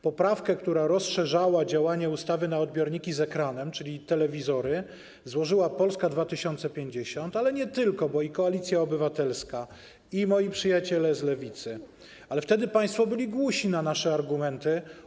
Poprawkę, która rozszerzała działanie ustawy na odbiorniki z ekranem, czyli telewizory, złożyła Polska 2050, ale nie tylko, bo i Koalicja Obywatelska, i moi przyjaciele z Lewicy, ale wtedy państwo byli głusi na nasze argumenty.